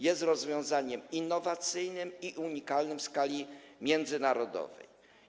Jest rozwiązaniem innowacyjnym i unikalnym w skali międzynarodowej.